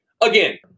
Again